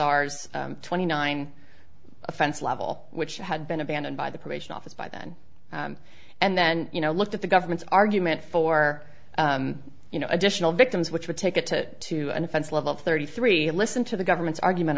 s twenty nine offense level which had been abandoned by the probation office by then and then you know looked at the government's argument for you know additional victims which would take it to to an offense level thirty three listen to the government's argument